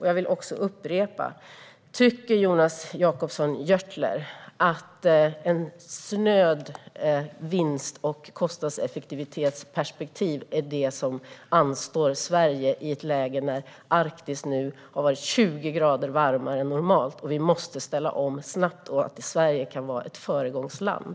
Jag vill också upprepa: Tycker Jonas Jacobsson Gjörtler att en snöd vinst och kostnadseffektivitet är det perspektiv som anstår Sverige i ett läge när Arktis nu har 20 grader varmare än normalt? Vi måste ställa om snabbt, och Sverige kan vara ett föregångsland.